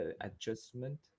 adjustment